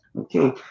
Okay